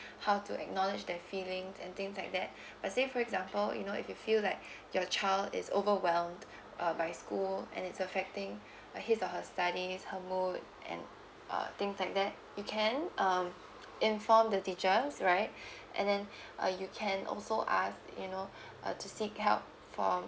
how to acknowledge their feelings and things like that like say for example you know if you feel like your child is overwhelmed uh by school and it's affecting his or her studies her mood and uh things like that you can um inform the teachers right and then uh you can also ask you know uh to seek help for